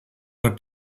hat